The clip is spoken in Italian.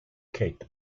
keith